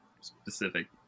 specific